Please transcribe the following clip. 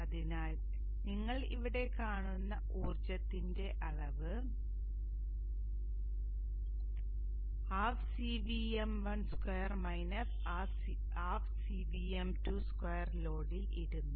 അതിനാൽ നിങ്ങൾ ഇവിടെ കാണുന്ന ഊർജ്ജത്തിന്റെ അളവ് ½ CVm12 ½ CVm22 ലോഡിൽ ഇടുന്നു